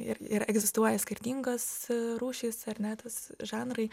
ir ir egzistuoja skirtingos rūšys ar ne tas žanrai